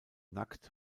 nackt